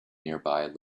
nearby